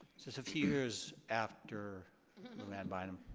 just a few years after luann bynum.